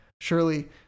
surely